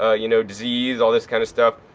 ah you know, disease, all this kind of stuff,